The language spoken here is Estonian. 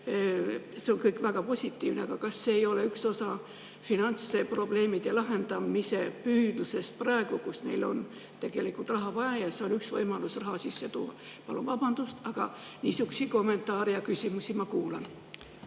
see kõik on väga positiivne – ei ole üks osa finantsprobleemide lahendamise püüdlusest praegu, kui neil on raha vaja ja see on üks võimalus raha sisse tuua? Palun vabandust, aga niisuguseid kommentaare ja küsimusi ma olen